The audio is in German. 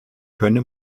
könne